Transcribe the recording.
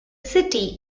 city